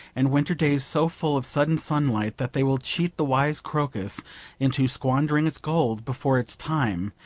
and winter days so full of sudden sunlight that they will cheat the wise crocus into squandering its gold before its time,